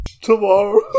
Tomorrow